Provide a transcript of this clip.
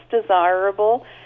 desirable